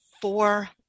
four